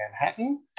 Manhattan